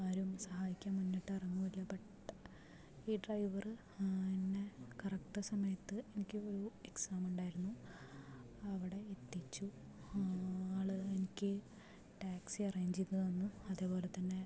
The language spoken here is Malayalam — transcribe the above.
ആരും സഹായിക്കാൻ മുന്നിട്ട് ഇറങ്ങും ഇല്ല ബട്ട് ഈ ഡ്രൈവറ് എന്നെ കറക്റ്റ് സമയത്ത് എനിക്ക് ഒരു എക്സാം ഉണ്ടായിരുന്നു അവിടെ എത്തിച്ചു ആള് എനിക്ക് ടാക്സി അറേഞ്ച് ചെയ്തു തന്നു അതേപോലെ തന്നെ